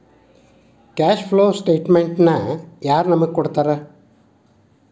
Cash flow ಸ್ಟೆಟಮೆನ್ಟನ ಯಾರ್ ನಮಗ್ ಕೊಡ್ತಾರ?